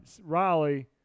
Riley